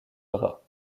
bras